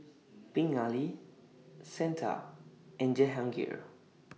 Pingali Santha and Jehangirr